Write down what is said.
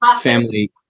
family